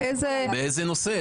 באיזה נושא?